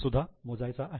सुद्धा मोजायचा आहे